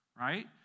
right